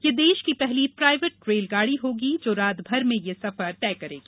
यह देश की पहली प्राइवेट रेलगाड़ी होगी जो रातभर में यह सफर तय करेगी